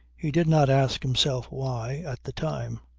he did not ask himself why, at the time.